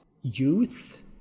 youth